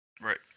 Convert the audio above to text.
Right